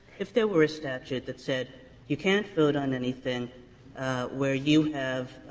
if there were a statute that said you can't vote on anything where you have